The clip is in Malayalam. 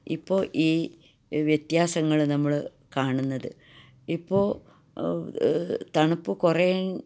ഇപ്പോൾ ഈ വ്യത്യാസങ്ങള് നമ്മള് കാണുന്നത് ഇപ്പോൾ തണുപ്പ് കുറെ